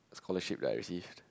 scholarship that I've received